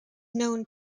known